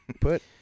put